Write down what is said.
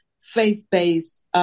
faith-based